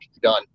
done